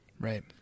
Right